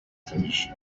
bikabije